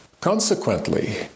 Consequently